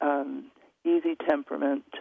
easy-temperament